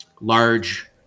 large